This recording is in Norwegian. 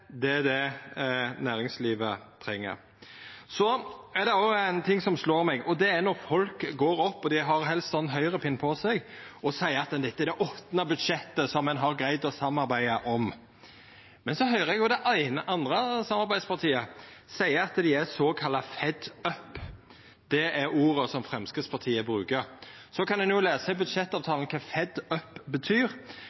er det næringslivet treng. Så er det òg ein ting som slår meg, og det er når folk går opp – og dei har helst sånn Høgre-pin på seg – og seier at dette er det åttande budsjettet ein har greidd å samarbeida om. Men så høyrer eg det andre samarbeidspartiet seia at dei er såkalla «fed up». Det er orda som Framstegspartiet brukar. Så kan ein jo lesa i